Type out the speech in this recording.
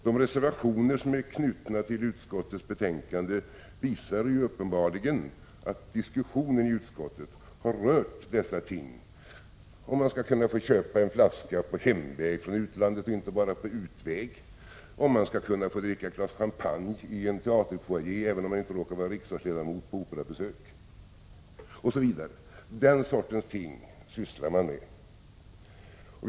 De reservationer som är knutna till utskottets betänkande visar uppenbarligen att diskussionen i utskottet har rört dessa ting— om man skall få köpa en flaska på hemväg från utlandet och inte bara på utväg, om man skall kunna få dricka ett glas champagne i en teaterfoajé, även om man inte råkar vara riksdagsledamot på operabesök osy. Den sortens ting sysslar man med.